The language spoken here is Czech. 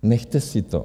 Nechte si to.